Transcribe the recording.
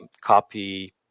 copy